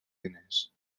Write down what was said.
diners